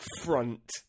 front